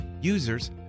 Users